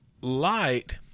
light